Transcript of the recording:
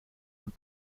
und